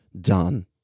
Done